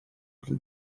для